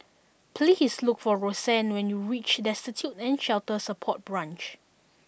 please look for Roseann when you reach Destitute and Shelter Support Branch